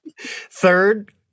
Third